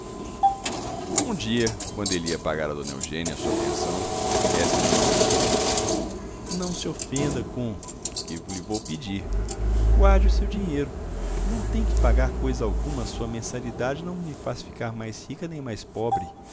um dia quando ele ia pagar a dona eugênia a sua pensão esta disse-lhe não se ofenda com que lhe vou pedir guarde o seu dinheiro não tem que pagar coisa alguma a sua mensalidade não me faz ficar mais rica nem mais pobre